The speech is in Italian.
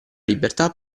libertà